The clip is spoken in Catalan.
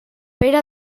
pere